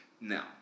now